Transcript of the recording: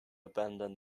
abandon